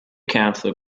council